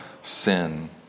sin